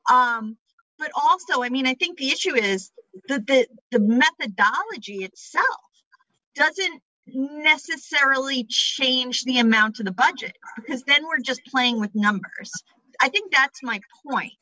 but also i mean i think the issue is the methodology itself doesn't necessarily change the amount of the budget because then we're just playing with numbers i think that's